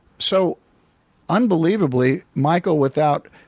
so unbelievably, michael, without.